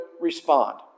respond